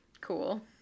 Cool